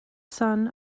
son